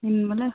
ಇನ್ನು ಮೇಲೆ